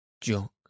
Jock